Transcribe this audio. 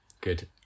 good